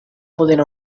pudent